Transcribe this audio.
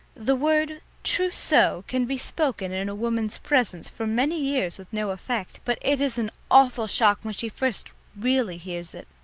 the word trousseau can be spoken in a woman's presence for many years with no effect, but it is an awful shock when she first really hears it.